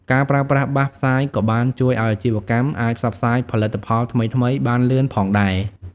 ការប្រើប្រាស់បាសផ្សាយក៏បានជួយឱ្យអាជីវកម្មអាចផ្សព្វផ្សាយផលិតផលថ្មីៗបានលឿនផងដែរ។